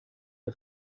der